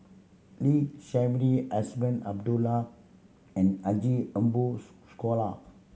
Lee Shermay Azman Abdullah and Haji Ambo Sooloh